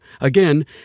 Again